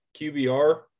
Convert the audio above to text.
QBR